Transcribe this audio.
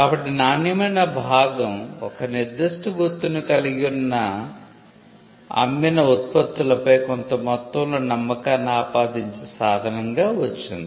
కాబట్టి నాణ్యమైన భాగం ఒక నిర్దిష్ట గుర్తును కలిగి ఉన్న అమ్మిన ఉత్పత్తులపై కొంత మొత్తంలో నమ్మకాన్ని ఆపాదించే సాధనంగా వచ్చింది